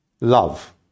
love